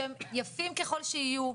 שהם יפים ככל שיהיו,